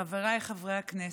חבריי חברי הכנסת,